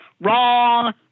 Wrong